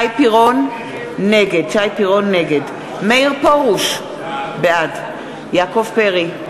נגד מאיר פרוש, בעד יעקב פרי,